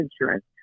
insurance